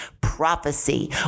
prophecy